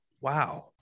Wow